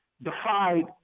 defied